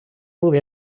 був